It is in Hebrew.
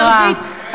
גברתי השרה,